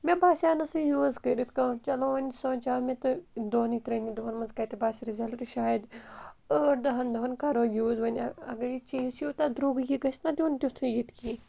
مےٚ باسیو نہٕ سُہ یوٗز کٔرِتھ کانٛہہ چلو وَنۍ سونٛچاو مےٚ تہٕ دۄنٕے ترٛیٚنٕے دۄہَن منٛز کَتہِ باسہِ رِزَلٹ شاید ٲٹھ دَہَن دۄہَن کَرو یوٗز وَنۍ اگر یہِ چیٖز چھُ یوٗتاہ درٛوٚگ یہِ گژھِ نہ دیٚن تیُتھُے ییٚتہِ کینٛہہ